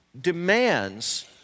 demands